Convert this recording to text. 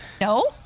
No